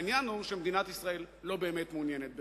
העניין הוא שמדינת ישראל לא באמת מעוניינת בכך.